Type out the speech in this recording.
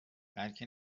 بلکه